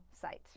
site